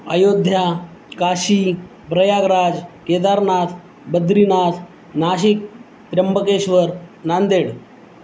Ayodhya Kashi Prayagraj Kedarnath Badrinath Nashik Trimbakeshwar Nanded